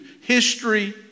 history